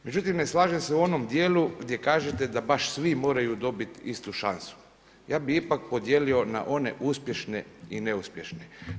Međutim ne slažem se u onom djelu gdje kažete da baš svi moraju dobiti istu šansu, ja bi ipak podijelio na one uspješne i neuspješne.